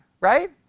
right